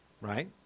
Right